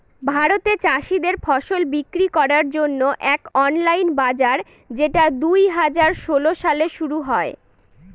ভারতে চাষীদের ফসল বিক্রি করার জন্য এক অনলাইন বাজার যেটা দুই হাজার ষোলো সালে শুরু হয়